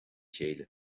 chéile